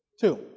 Two